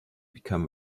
become